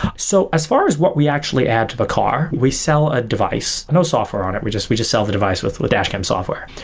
so as far as what we actually add to the car, we sell a device. no software on it. we just we just sell the device with the dashcam software.